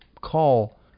call